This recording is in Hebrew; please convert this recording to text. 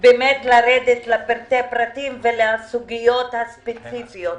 לרדת לפרטי פרטים ולסוגיות הספציפיות.